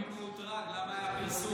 אם הוא מאותרג, למה היה הפרסום?